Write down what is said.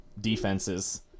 defenses